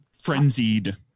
frenzied